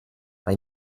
bei